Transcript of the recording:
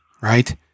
right